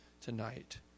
tonight